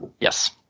Yes